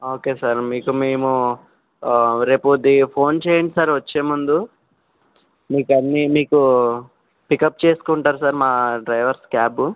okay sir మీకు మేము రేపు ఫోన్ చెయ్యండి సార్ వచ్చేముందు మీకన్నీ మీకు పికప్ చేసుకుంటారు సార్ మా డ్రైవర్స్ క్యాబ్